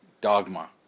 Dogma